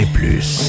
plus